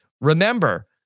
Remember